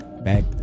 back